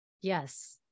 Yes